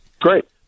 great